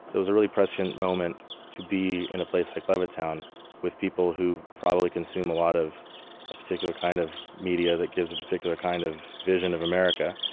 so was a really prescient moment to be in a place like levittown with people who probably consume a lot of a particular kind of media that gives a particular kind of vision of america.